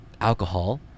alcohol